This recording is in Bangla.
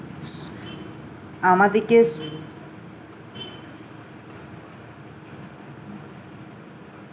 আমাদেরকে স